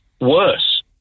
worse